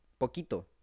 Poquito